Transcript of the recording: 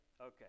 Okay